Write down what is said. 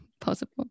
possible